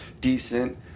decent